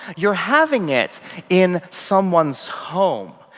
you're having it in someone's home,